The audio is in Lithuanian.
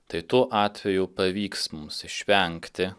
tai tuo atveju pavyks mums išvengti